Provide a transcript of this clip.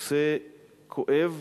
נושא כואב,